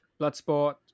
bloodsport